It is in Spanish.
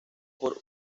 por